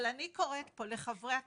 אבל, אני קוראת פה לחברי הכנסת,